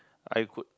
I could